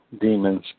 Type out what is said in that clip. demons